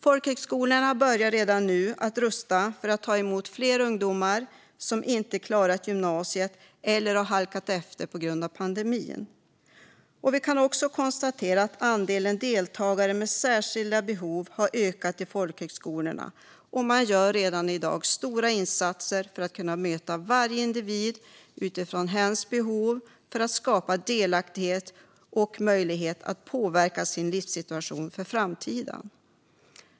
Folkhögskolorna börjar redan nu rusta sig för att ta emot fler ungdomar som inte klarat gymnasiet eller halkat efter på grund av pandemin. Vi kan också konstatera att andelen deltagare med särskilda behov har ökat i folkhögskolorna. Man gör redan i dag stora insatser för att kunna möta varje individ utifrån hens behov för att skapa delaktighet och möjlighet att påverka sin livssituation för framtiden.